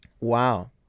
Wow